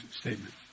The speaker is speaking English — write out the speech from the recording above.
statement